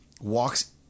walks